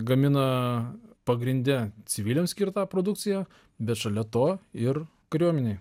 gamina pagrinde civiliams skirtą produkciją bet šalia to ir kariuomenei